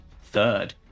Third